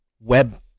web